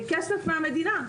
כסף מהמדינה.